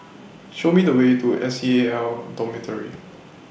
Show Me The Way to S C A L Dormitory